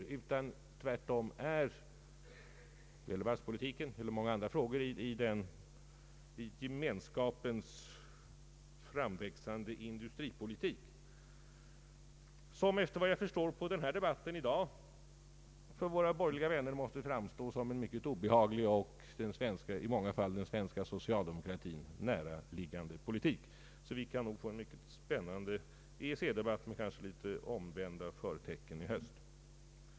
För våra borgerliga vänner kommer det tvärtom att framstå såsom en mycket obehaglig överraskning när de under överläggningarna konstaterar att Gemensamma marknadens industripolitik i många fall ansluter sig till den svenska socialdemokratiska politiken, och vi kan därför få en mycket spännande EEC-debatt i höst med kanske litet omvända förtecken.